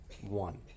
One